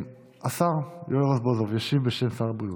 השר יואל רזבוזוב ישיב בשם שר הבריאות.